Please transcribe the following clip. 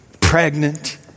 pregnant